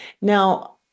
Now